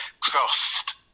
crossed